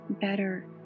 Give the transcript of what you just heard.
better